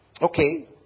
Okay